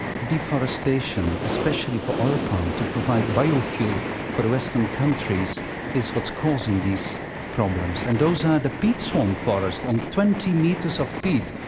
the deforestation, especially for oil palm, to provide biofuel for western countries is what's causing these problems. and those are the peat swamp forests on twenty meters of peat,